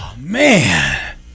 man